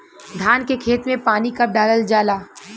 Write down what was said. धान के खेत मे पानी कब डालल जा ला?